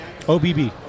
OBB